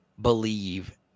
believe